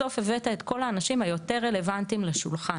בסוף הבאת את כל האנשים היותר רלוונטיים לשולחן.